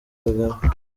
kagame